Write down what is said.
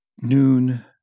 noon